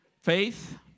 Faith